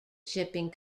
shipping